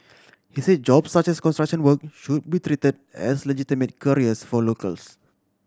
he said jobs such as construction work should be treated as legitimate careers for locals